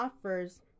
offers